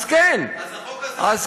אז כן, אז החוק הזה, צודק, אם ככה.